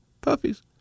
puppies